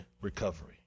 recovery